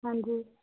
ਹਾਂਜੀ